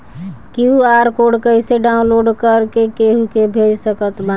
QR code कइसे download कर के केहु के भेज सकत बानी?